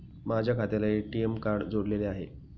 माझ्या खात्याला ATM card जोडलेले आहे